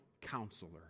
counselor